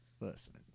listen